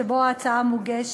שבו ההצעה מוגשת.